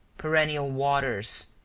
perennial waters,